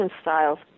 styles